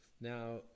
now